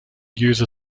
use